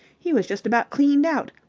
he was just about cleaned out.